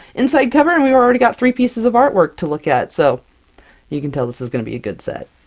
inside cover and we've already got three pieces of artwork to look at! so you can tell this is gonna be a good set!